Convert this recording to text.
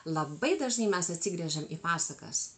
labai dažnai mes atsigręžiam į pasakas